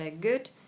good